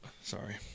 Sorry